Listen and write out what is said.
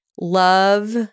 Love